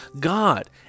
God